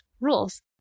rules